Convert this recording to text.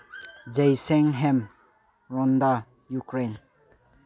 ꯖꯩꯁꯤꯡ ꯍꯦꯝ ꯔꯣꯟꯗꯥ ꯌꯨꯀ꯭ꯔꯦꯟ